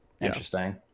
interesting